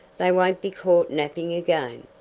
they won't be caught napping again,